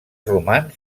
romans